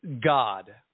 God